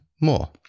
more